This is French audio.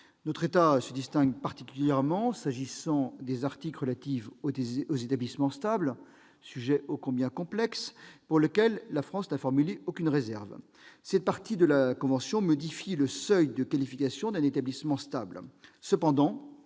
France se distingue particulièrement à propos des articles relatifs aux établissements stables, sujet des plus complexes, mais sur lequel elle n'a formulé aucune réserve. Cette partie de la convention modifie le seuil de qualification d'un établissement stable.